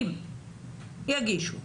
אם יגישו.